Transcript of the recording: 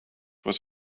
was